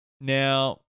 now